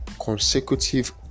consecutive